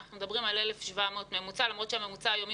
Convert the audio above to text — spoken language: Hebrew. אנחנו מדברים על 1,700 ממוצע - למרות שהממוצע היומי